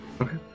Okay